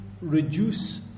reduce